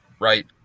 right